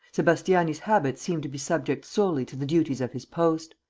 sebastiani's habits seemed to be subject solely to the duties of his post.